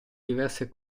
diverse